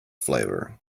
flavor